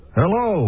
hello